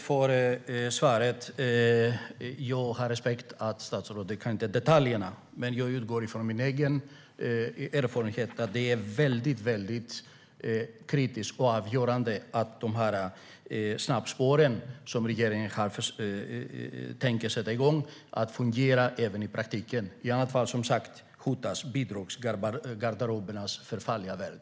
Fru talman! Jag har respekt för att statsrådet inte känner till detaljerna. Men om jag utgår från min egen erfarenhet är det väldigt viktigt och avgörande att de snabbspår som regeringen tänker sätta igång även fungerar i praktiken. Annars hotar som sagt bidragsgarderobernas förfärliga värld.